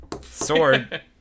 Sword